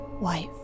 Wife